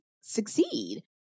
succeed